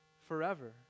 forever